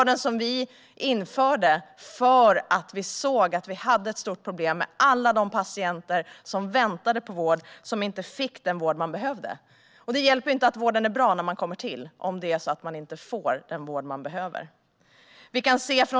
Den införde vi för att vi såg att vi hade ett stort problem med alla de patienter som väntade på vård men inte fick den vård de behövde. Det hjälper inte att vården är bra när man kommer till den om man inte får den vård man behöver.